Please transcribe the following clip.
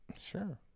sure